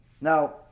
Now